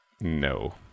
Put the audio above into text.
No